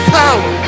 power